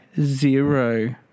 zero